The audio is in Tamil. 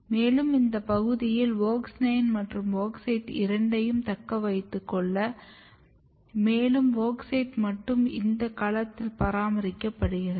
மேலும் இந்த பகுதியில் WOX 9 மற்றும் WOX 8 இரண்டையும் தக்க வைத்துக் கொள்ளும் மேலும் WOX 8 மட்டும் இந்த கலத்தில் பராமரிக்கப்படுகிறது